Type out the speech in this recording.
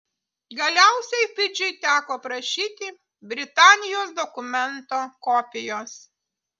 galiausiai fidžiui teko prašyti britanijos dokumento kopijos